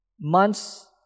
Months